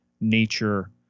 nature